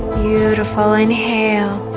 beautiful inhale